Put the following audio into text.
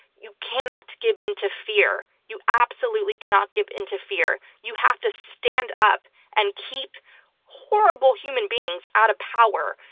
you cannot give into fear. you absolutely cannot give into fear. you have to stand up and keep horrible human beings out of power,